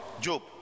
job